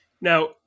now